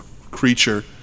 creature